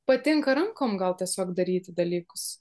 patinka rankom gal tiesiog daryti dalykus